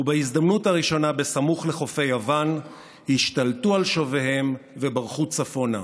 וסמוך לחופי יוון השתלטו על שוביהם וברחו צפונה.